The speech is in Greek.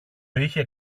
είχε